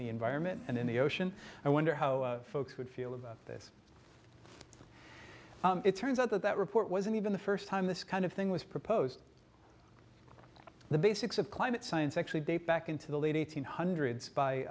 the environment and in the ocean i wonder how folks would feel about this it turns out that that report wasn't even the first time this kind of thing was proposed the basics of climate science actually date back into the lady eight hundred by